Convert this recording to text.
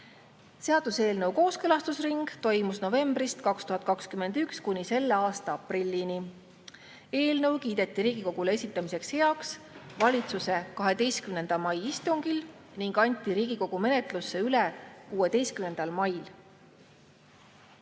Seaduseelnõu kooskõlastusring toimus novembrist 2021 kuni selle aasta aprillini. Eelnõu kiideti Riigikogule esitamiseks heaks valitsuse 12. mai istungil ning anti Riigikogu menetlusse üle 16. mail. Kas